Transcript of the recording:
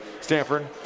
Stanford